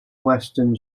western